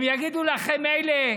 הם יגידו לכם אלה,